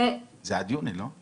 זה עד יוני, לא?